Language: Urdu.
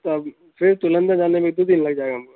تب پھر تو لندن جانے میں ایک دو دن لگ جائے گا ہم کو